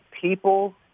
people